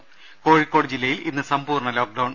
ത കോഴിക്കോട് ജില്ലയിൽ ഇന്ന് സമ്പൂർണ്ണ ലോക്ക് ഡൌൺ